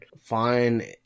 fine